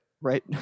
Right